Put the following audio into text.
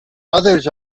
others